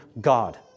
God